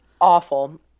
awful